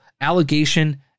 allegation